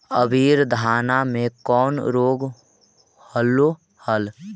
अबरि धाना मे कौन रोग हलो हल?